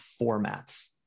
formats